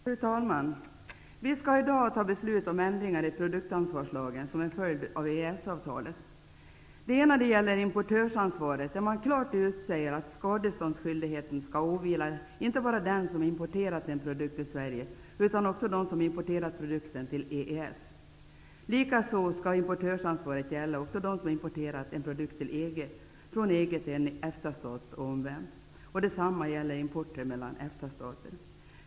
Fru talman! Vi skall i dag fatta beslut om ändringar i produktansvarslagen som en följd av EES-avtalet. Det gäller bl.a. importörsansvaret. Där säger man klart att skadeståndsansvaret skall åvila inte bara den som importerar en produkt till Sverige, utan också den som importerat produkten till EES. Likaså skall importörsansvaret även gälla dem som har importerat en produkt från EG till en EFTA stat och omvänt. Detsamma gäller importer mellan EFTA-stater.